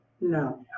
No